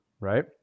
right